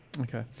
Okay